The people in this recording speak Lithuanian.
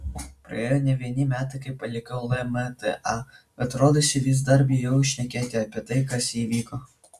praėjo ne vieni metai kai palikau lmta bet rodosi vis dar bijau šnekėti apie tai kas įvyko